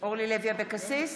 אורלי לוי אבקסיס,